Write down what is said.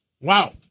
Wow